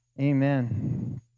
Amen